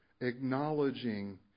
acknowledging